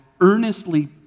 earnestly